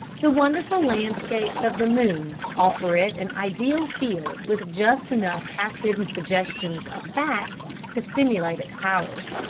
the wonderful landscapes of the moon offer it an ideal field with just enough half-hidden suggestions of facts to stimulate its powers.